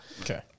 Okay